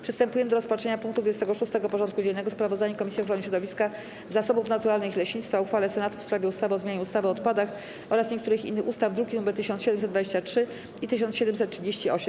Przystępujemy do rozpatrzenia punktu 26. porządku dziennego: Sprawozdanie Komisji Ochrony Środowiska, Zasobów Naturalnych i Leśnictwa o uchwale Senatu w sprawie ustawy o zmianie ustawy o odpadach oraz niektórych innych ustaw (druki nr 1723 i 1738)